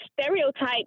stereotype